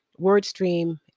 wordstream